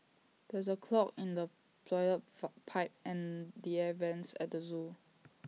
there is A clog in the Toilet Pipe and the air Vents at the Zoo